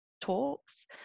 talks